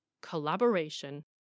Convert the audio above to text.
collaboration